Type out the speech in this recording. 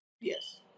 yes